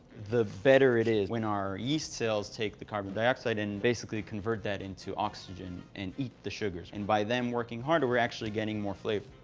the better it is. when our yeast cells take the carbon dioxide and basically convert that into oxygen and eat the sugars, and by them working harder, we're actually getting more flavor.